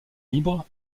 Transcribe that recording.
libre